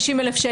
150,000,